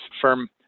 firm